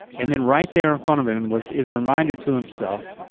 and then right there in front of him was his reminder to himself.